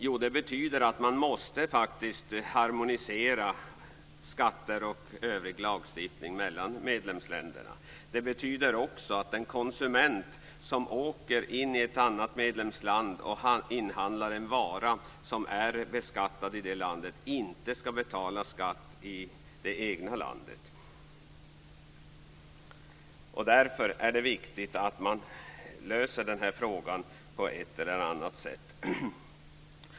Jo, det betyder att man faktiskt måste harmonisera skatter och övrig lagstiftning mellan medlemsländerna. Det betyder också att en konsument som åker in i ett annat medlemsland och inhandlar en vara som är beskattad i det landet inte skall betala skatt i det egna landet. Därför är det viktigt att man löser den här frågan på ett eller annat sätt.